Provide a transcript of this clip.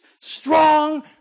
Strong